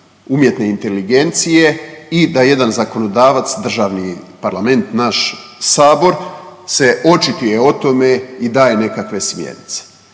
umjetne inteligencije i da jedan zakonodavac državni parlament naš sabor se očituje o tome i daje nekakve smjernice.